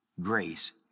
grace